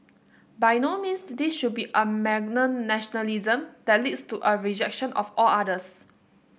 by no means this should be a malignant nationalism that leads to a rejection of all others